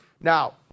Now